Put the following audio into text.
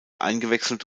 eingewechselt